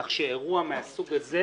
כך שאירוע מהסוג הזה,